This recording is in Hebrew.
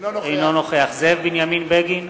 אינו נוכח זאב בנימין בגין,